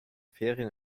ferien